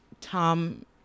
Tom